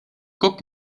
guck